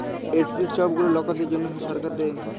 SC ছব গুলা লকদের জ্যনহে ছরকার থ্যাইকে দেয়